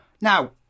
now